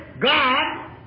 God